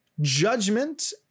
judgment